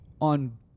on